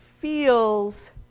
feels